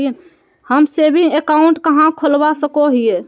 हम saving account कहाँ खोलवा सको हियै?